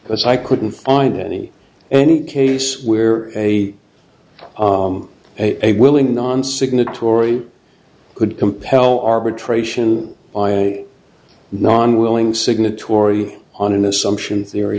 because i couldn't find any any case where a a willing non signatory could compel arbitration on non willing signatory on an assumption theory